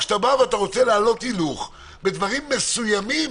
כשאתה רוצה להעלות הילוך בדברים מסוימים,